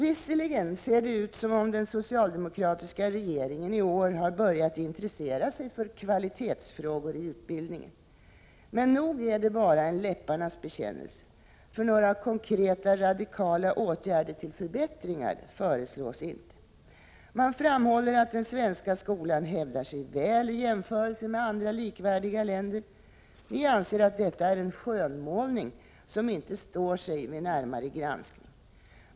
Visserligen ser det ut som om den socialdemokratiska regeringen i år har börjat intressera sig för kvalitetsfrågor i utbildningen. Men nog är det bara en läpparnas bekännelse, för några konkreta radikala åtgärder till förbättringar föreslås inte. Man framhåller att den svenska skolan hävdar sig väl i jämförelse med andra likvärdiga länder. Vi anser att detta är en skönmålning som inte står sig vid närmare granskning.